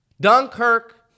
Dunkirk